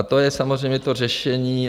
To je samozřejmě to řešení.